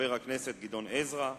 חבר הכנסת גדעון עזרא,